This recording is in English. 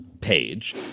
page